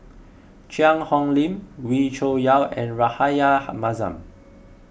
Cheang Hong Lim Wee Cho Yaw and Rahayu Mahzam